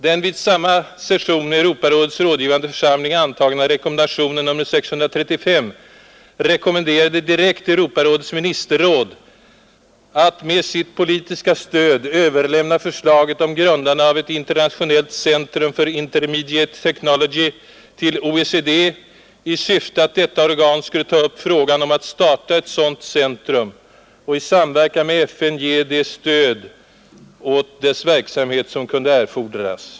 Den vid samma session med Europarådets rådgivande församling antagna rekommendationen nr 635 riktade sig direkt till Europarådets ministerråd. Man hoppades att detta råd med sitt politiska stöd skulle överlämna förslaget om grundande av ett internationellt centrum för ”intermediate technology” till OECD. Syftet var detsamma, nämligen att detta organ i sin tur skulle ta upp frågan om att starta ett sådant centrum och i samverkan med FN ge det stöd åt dess verksamhet, som kunde erfordras.